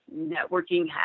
networking